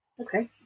Okay